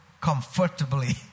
comfortably